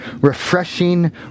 refreshing